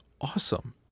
awesome